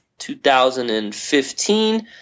2015